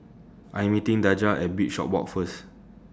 I'm meeting Daja At Bishopswalk First